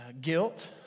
guilt